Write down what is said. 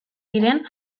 diren